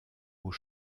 aux